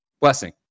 Blessing